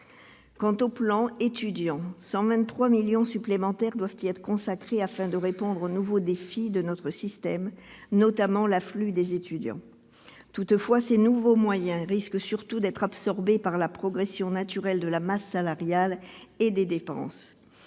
du plan Étudiants, 123 millions d'euros supplémentaires doivent y être consacrés afin de répondre aux nouveaux défis de notre système, notamment l'afflux d'étudiants. Toutefois, ces nouveaux moyens risquent surtout d'être absorbés par la progression naturelle de la masse salariale et des dépenses.